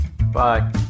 bye